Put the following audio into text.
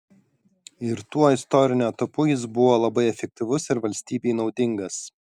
ir tuo istoriniu etapu jis buvo labai efektyvus ir valstybei naudingas